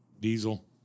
diesel